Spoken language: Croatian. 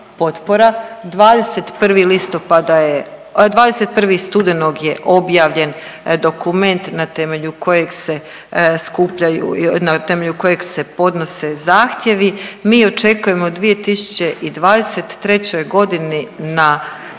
21. studenog je objavljen dokument na temelju kojeg se podnose zahtjevi. Mi očekujemo u 2023. godini na